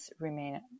remain